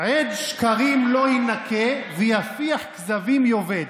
"עד שקרים לא יִנקה ויפיח כזבים יאבד".